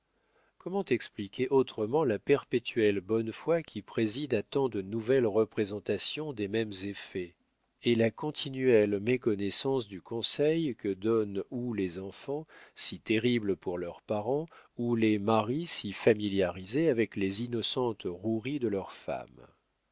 comment expliquer autrement la perpétuelle bonne foi qui préside à tant de nouvelles représentations des mêmes effets et la continuelle méconnaissance du conseil que donnent ou les enfants si terribles pour leurs parents ou les maris si familiarisés avec les innocentes roueries de leurs femmes